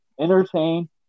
entertain